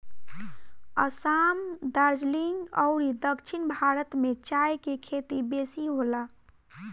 असाम, दार्जलिंग अउरी दक्षिण भारत में चाय के खेती बेसी होला